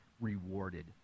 rewarded